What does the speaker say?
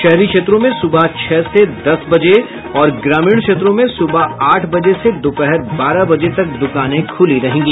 शहरी क्षेत्रों में सुबह छह से दस बजे और ग्रामीण क्षेत्रों में सुबह आठ बजे से दोपहर बारह बजे तक दुकानें खुली रहेंगी